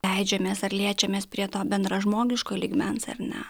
leidžiamės ar liečiamės prie to bendražmogiško lygmens ar ne